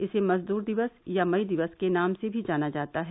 इसे मजदूर दिवस या मई दिवस के नाम से भी जाना जाता है